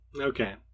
Okay